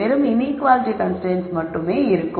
வெறும் inequality constraints மட்டுமே இருக்கும்